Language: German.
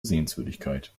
sehenswürdigkeit